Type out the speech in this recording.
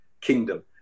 kingdom